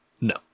No